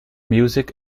music